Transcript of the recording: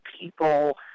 people